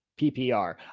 PPR